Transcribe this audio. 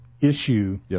issue